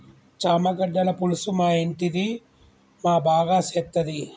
చామగడ్డల పులుసు మా ఇంటిది మా బాగా సేత్తది